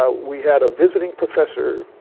ah we had a visiting professor,